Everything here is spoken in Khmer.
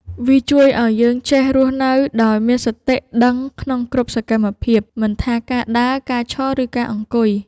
វាជួយឱ្យយើងចេះរស់នៅដោយមានសតិដឹងក្នុងគ្រប់សកម្មភាព មិនថាការដើរ ការឈរ ឬការអង្គុយ។